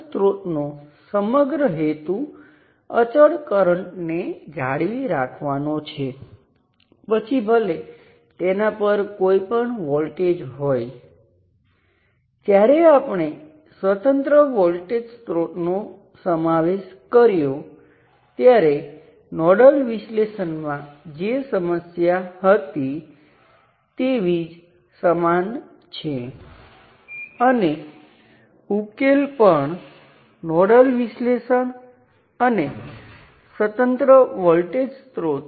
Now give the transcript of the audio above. ચાલો કહીએ કે આપણી પાસે કેટલાક સંદર્ભ નોડ છે હું તે રીતે બતાવીશ તેનાં સંદર્ભમાં આપણે બધા વોલ્ટેજ બધા નોડ વોલ્ટેજને માપીએ છીએ ચાલો કહીએ કે આ નોડ પરનો વોલ્ટેજ Vn છે